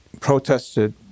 protested